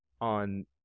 on